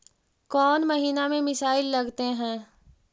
कौन महीना में मिसाइल लगते हैं?